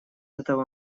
этого